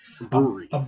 brewery